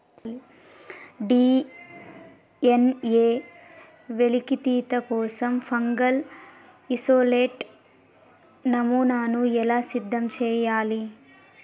DNA వెలికితీత కోసం fungal isolate నమూనాను ఎలా సిద్ధం చెయ్యాలి?